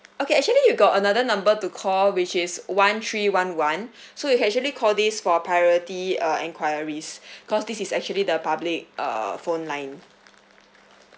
okay actually we've got another number to call which is one three one one so you actually call this for priority uh enquiries cause this is actually the public err phone line